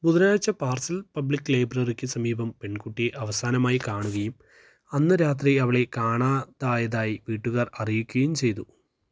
ബുധനാഴ്ച Purcell public ലൈബ്രറിക്ക് സമീപം പെൺകുട്ടിയെ അവസാനമായി കാണുകയും അന്ന് രാത്രി അവളെ കാണാ തായതായി വീട്ടുകാർ അറിയിക്കുകയും ചെയ്തു